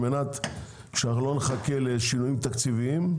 על מנת שאנחנו לא נחכה לשינויים תקציביים.